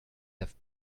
have